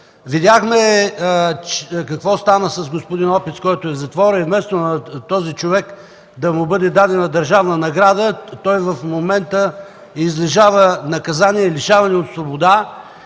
Видяхме какво стана с господин Опиц, който е в затвора – вместо на този човек да му бъде дадена държавна награда, в момента излежава наказание „лишаване от свобода”.